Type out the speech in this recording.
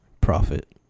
profit